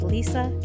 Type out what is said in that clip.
Lisa